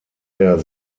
der